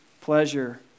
pleasure